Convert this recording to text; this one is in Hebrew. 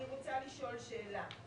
אני רוצה לשאול שאלה.